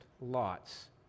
lots